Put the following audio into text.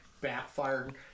backfired